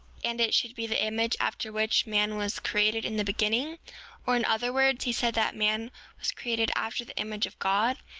and it should be the image after which man was created in the beginning or in other words, he said that man was created after the image of god,